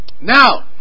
Now